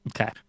Okay